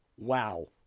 Wow